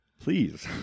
Please